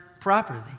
properly